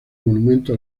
monumento